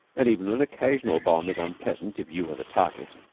and even an occasional bomb is unpleasant if you are the target.